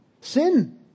sin